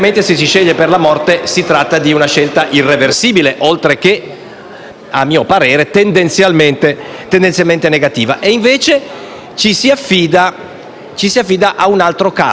a mio parere - tendenzialmente negativa. Invece, ci si affida a un altro caso, cioè al giudice. Pertanto il pericolo, che è